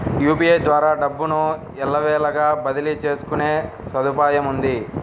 UPI ద్వారా డబ్బును ఎల్లవేళలా బదిలీ చేసుకునే సదుపాయముంది